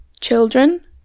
children